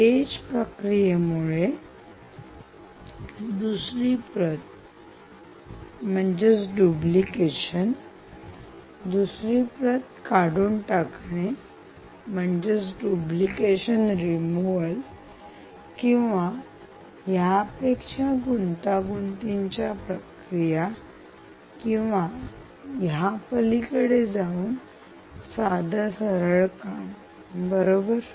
EDGE येज प्रक्रियेमुळे दुसरी प्रत दुसरी प्रत काढून टाकणे किंवा यापेक्षा गुंतागुंतीची प्रक्रिया किंवा यापलीकडे जाऊन साध सरळ काम बरोबर